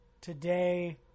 today